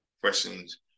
questions